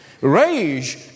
Rage